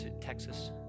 Texas